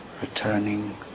returning